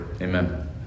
Amen